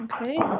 Okay